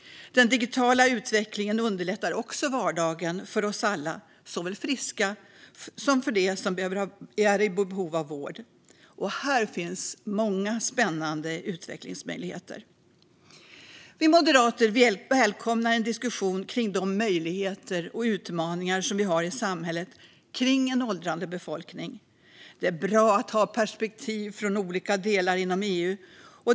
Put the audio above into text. Den digitala utvecklingen underlättar också vardagen för oss alla, såväl för friska som för dem som är i behov av vård. Här finns många spännande utvecklingsmöjligheter. Vi moderater välkomnar en diskussion kring de möjligheter och utmaningar som vi har i samhället kring en åldrande befolkning. Det är bra att ha perspektiv från olika delar av EU.